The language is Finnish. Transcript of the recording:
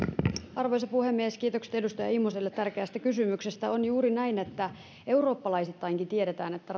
arvoisa puhemies kiitokset edustaja immoselle tärkeästä kysymyksestä on juuri näin että eurooppalaisittainkin tiedetään että